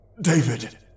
david